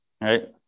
Right